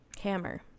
hammer